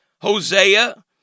Hosea